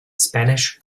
spanish